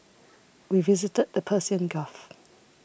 we visited the Persian Gulf